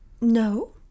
No